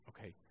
Okay